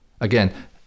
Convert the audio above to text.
Again